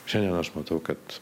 šiandien aš matau kad